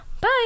Bye